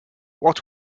what